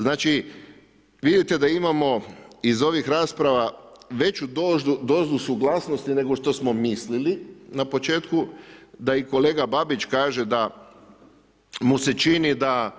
Znači vidite da imamo iz ovih rasprava veću dozu suglasnosti nego što smo mislili na početku, da i kolega Babić kaže da mu se čini da